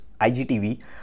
IGTV